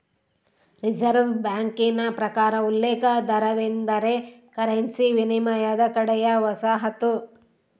reserve ಬ್ಯಾಂಕಿನ ಪ್ರಕಾರ ಉಲ್ಲೇಖ ದರವೆಂದರೆ ಕರೆನ್ಸಿ ವಿನಿಮಯದ ಕಡೆಯ ವಸಾಹತು